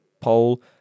poll